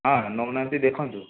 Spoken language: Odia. ହଁ ନେଉନାହାନ୍ତି ଦେଖନ୍ତୁ